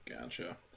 Gotcha